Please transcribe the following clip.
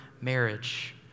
marriage